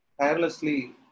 tirelessly